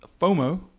FOMO